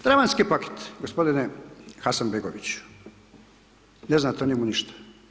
Travanjski paket gospodine Hasanbegović, ne znate o njemu ništa.